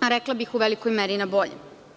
rekla bih u velikoj meri na bolje.